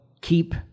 keep